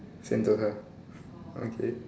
Sentosa okay